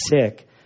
sick